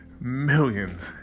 Millions